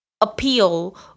appeal